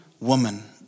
woman